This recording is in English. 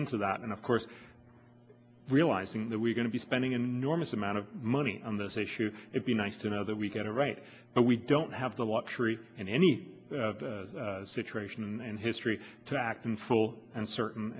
into that and of course realizing that we're going to be spending an enormous amount of money on this issue it be nice to know that we get it right but we don't have the luxury in any situation in history to act in full and certain